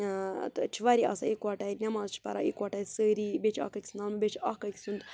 تہٕ چھِ واریاہ آسان یِکوَٹٕے نٮ۪ماز چھِ پَران یِکوَٹٕے سٲری بیٚیہِ چھِ اَکھ أکِس نام بیٚیہِ چھِ اَکھ أکۍ سُنٛد